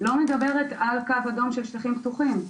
לא מדברת על קו אדום של שטחים פתוחים,